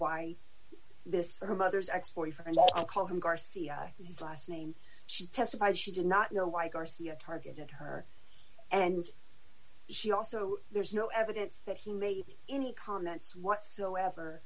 why this for her mother's ex boyfriend i'll call him garcia in his last name she testified she did not know why garcia targeted her and she also there's no evidence that he made any comments whatsoever